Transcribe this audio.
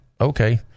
okay